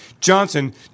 Johnson